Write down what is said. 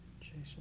Jason